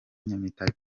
nyamitari